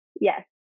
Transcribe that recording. yes